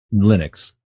Linux